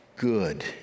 good